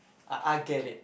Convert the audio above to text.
I I'll get it